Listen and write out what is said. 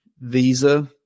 visa